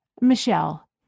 Michelle